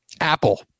Apple